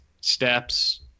Steps